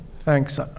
Thanks